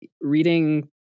reading